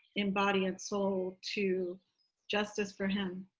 in body and soul to justice for him,